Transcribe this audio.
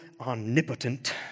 omnipotent